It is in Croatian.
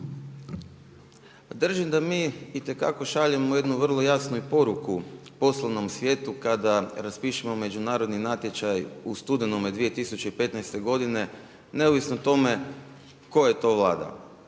Držim da mi itekako šaljemo jednu vrlo jasnu poruku poslovnom svijetu, kada raspišemo međunarodni natječaj u studenome 2015. godine, neovisno o tome koja je to Vlada.